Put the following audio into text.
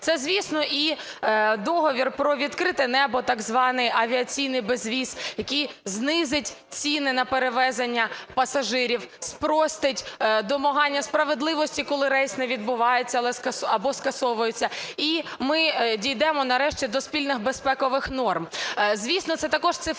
Це, звісно, і Договір про відкрите небо, так званий авіаційний безвіз, який знизить ціни на перевезення пасажирів, спростить домагання справедливості, коли рейс не відбувається, або скасовується, і ми дійдемо нарешті до спільних безпекових норм. Звісно, це також цифровий